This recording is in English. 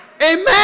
Amen